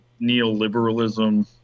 neoliberalism